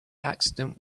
accident